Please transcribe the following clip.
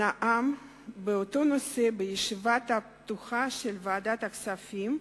נאם באותו נושא בישיבה הפתוחה של ועדת הכספים,